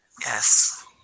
Yes